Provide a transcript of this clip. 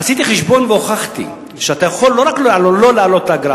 עשיתי חשבון והוכחתי שאתה יכול לא רק לא להעלות את האגרה,